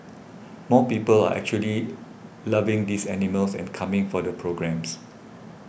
more people are actually loving these animals and coming for the programmes